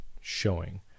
showing